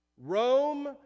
Rome